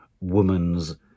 Woman's